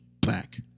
black